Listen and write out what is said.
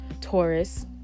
Taurus